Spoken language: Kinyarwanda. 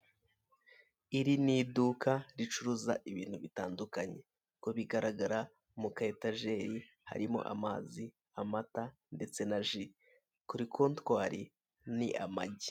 Iri ni iduka ricuruza ibintu bitandukanye, uko bigaragara mu ka etajeri harimo amazi, amata ndetse na ji, kuri kotwari ni amagi.